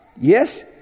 Yes